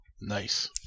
Nice